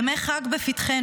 ימי חג בפתחנו.